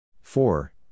four